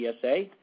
PSA